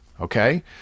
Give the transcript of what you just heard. Okay